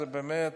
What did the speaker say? זה באמת,